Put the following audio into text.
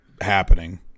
happening